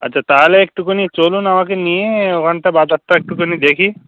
আচ্ছা তাহলে একটুখানি চলুন আমাকে নিয়ে ওখানটা বাজারটা একটুখানি দেখি